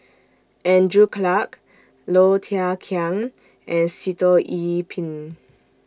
Andrew Clarke Low Thia Khiang and Sitoh Yih Pin